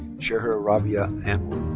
seher rabia and